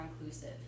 inclusive